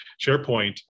SharePoint